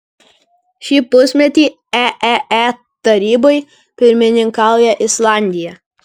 šį pusmetį eee tarybai pirmininkauja islandija